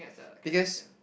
because